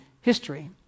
history